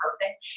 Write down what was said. perfect